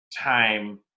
time